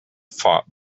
fought